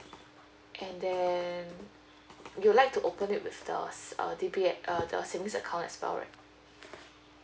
and then you'd like to open it with the err D_B_S err the savings account as well right